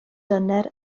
dyner